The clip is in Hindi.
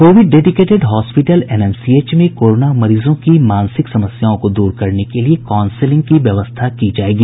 कोविड डेडिकेटेड हॉस्पीटल एनएमसीएच में कोरोना मरीजों की मानसिक समस्याओं को दूर करने के लिये काउंसिलिंग की व्यवस्था की जायेगी